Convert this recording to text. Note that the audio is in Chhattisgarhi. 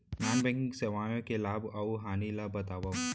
नॉन बैंकिंग सेवाओं के लाभ अऊ हानि ला बतावव